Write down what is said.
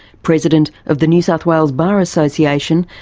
president of the new south wales bar association,